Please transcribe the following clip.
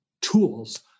tools